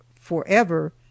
forever